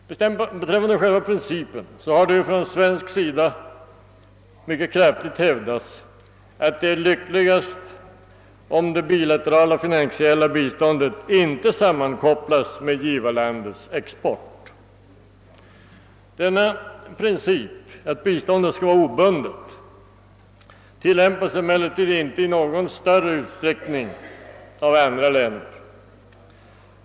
Beträffande själva principen har det från svensk sida mycket kraftigt hävdats att det är lyckligast om det bilaterala finansiella biståndet inte sammankopplas med givarlandets export. Denna princip att biståndet skall var obundet tillämpas emellertid inte i någon större utsträckning av andra länder.